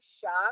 shocked